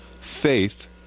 faith